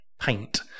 paint